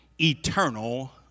eternal